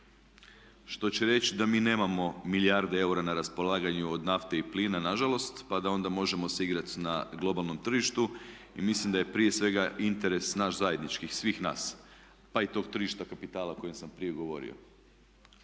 Što će reći da mi nemamo milijarde eura na raspolaganju od nafte i plina nažalost pa da onda možemo se igrati na globalnom tržištu. Mislim da je prije svega interes naš zajednički, svih nas pa i tog tržišta kapitala o kojem sam prije govorio